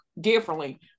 differently